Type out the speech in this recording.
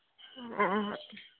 ꯑ ꯑ ꯍꯣꯏ